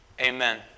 Amen